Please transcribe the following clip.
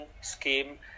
scheme